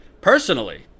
personally